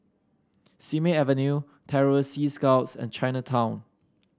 Simei Avenue Terror Sea Scouts and Chinatown